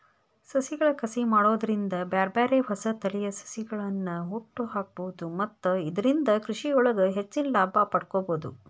ಸಸಿಗಳ ಕಸಿ ಮಾಡೋದ್ರಿಂದ ಬ್ಯಾರ್ಬ್ಯಾರೇ ಹೊಸ ತಳಿಯ ಸಸಿಗಳ್ಳನ ಹುಟ್ಟಾಕ್ಬೋದು ಮತ್ತ ಇದ್ರಿಂದ ಕೃಷಿಯೊಳಗ ಹೆಚ್ಚಿನ ಲಾಭ ಪಡ್ಕೋಬೋದು